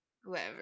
whoever